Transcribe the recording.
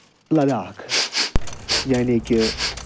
لداخ یعنی کہِ